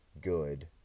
good